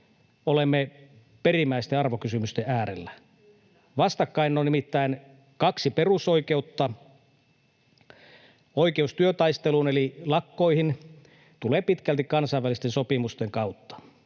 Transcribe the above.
olemme perimmäisten arvokysymysten äärellä. [Sanna Antikainen: Kyllä!] Vastakkain on nimittäin kaksi perusoikeutta: oikeus työtaisteluun, eli lakkoihin, tulee pitkälti kansainvälisten sopimusten kautta,